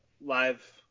live